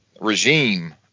regime